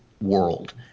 world